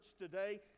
today